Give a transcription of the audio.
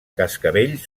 cascavell